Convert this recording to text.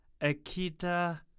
Akita